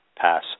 pass